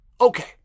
Okay